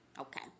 Okay